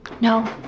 No